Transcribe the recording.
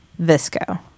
Visco